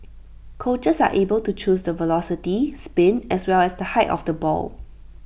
coaches are able to choose the velocity spin as well as the height of the ball